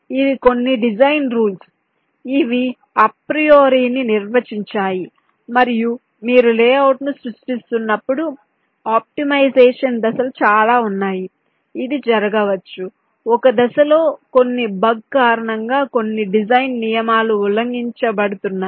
ఇవి కొన్ని design rules ఇవి అప్రియోరిని నిర్వచించాయి మరియు మీరు లేఅవుట్ను సృష్టిస్తున్నప్పుడు ఆప్టిమైజేషన్ దశలు చాలా ఉన్నాయి ఇది జరగవచ్చు ఒక దశలో కొన్ని బగ్ కారణంగా కొన్ని డిజైన్ నియమాలు ఉల్లంఘించబడుతున్నాయి